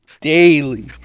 daily